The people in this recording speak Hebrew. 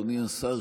אדוני השר,